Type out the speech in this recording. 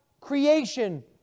creation